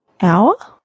Hour